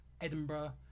Edinburgh